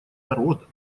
народа